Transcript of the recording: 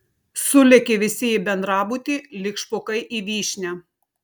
sulėkė visi į bendrabutį lyg špokai į vyšnią